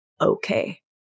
okay